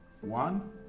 One